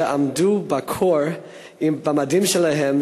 שעמדו בקור במדים שלהם,